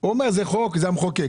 זה חוק, זה המחוקק.